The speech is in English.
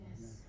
Yes